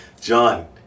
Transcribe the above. John